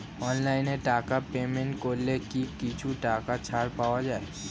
অনলাইনে টাকা পেমেন্ট করলে কি কিছু টাকা ছাড় পাওয়া যায়?